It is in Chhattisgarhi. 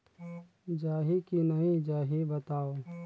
जाही की नइ जाही बताव?